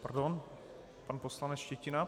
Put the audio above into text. Pardon, pan poslanec Štětina.